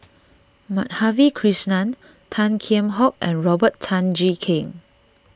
Madhavi Krishnan Tan Kheam Hock and Robert Tan Jee Keng